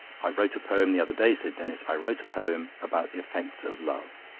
i wrote a poem the other day, said denis i wrote a poem about the effects of love.